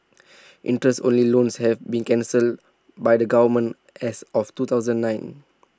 interest only loans have been cancelled by the government as of two thousand and nine